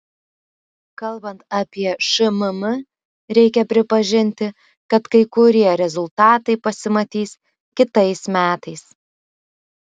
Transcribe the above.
kalbant apie šmm reikia pripažinti kad kai kurie rezultatai pasimatys kitais metais